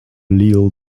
little